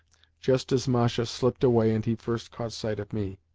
just as masha slipped away and he first caught sight of me.